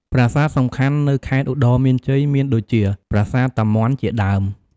ប្រាសាទសំខាន់នៅខេត្តឧត្តរមានជ័យមាន ដូចជា ប្រាសាទ តាមាន់ជាដើម។